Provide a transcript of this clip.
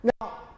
Now